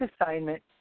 assignment